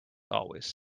always